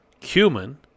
cumin